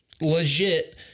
legit